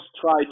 try